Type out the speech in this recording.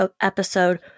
episode